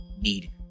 need